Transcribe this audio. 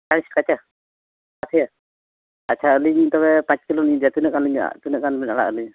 ᱟᱪᱪᱷᱟ ᱟᱹᱞᱤᱧ ᱛᱚᱵᱮ ᱯᱟᱸᱪ ᱠᱤᱞᱳᱞᱤᱧ ᱤᱫᱤᱭᱟ ᱛᱤᱱᱟᱹᱜ ᱜᱟᱱᱵᱤᱱ ᱟᱲᱟᱜ ᱟᱞᱤᱧᱟ